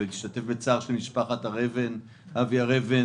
ולהשתתף בצער של משפחת הר-אבן על מותו של אבי הר-אבן,